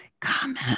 comment